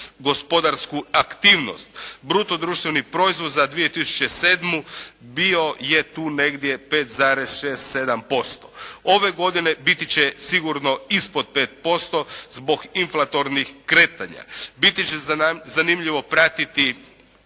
gospodarsku aktivnost. Bruto društveni proizvod za 2007. bio je tu negdje pet zarez, šest, sedam posto. Ove godine biti će sigurno ispod 5% zbog inflatornih kretanja. Biti će zanimljivo pratiti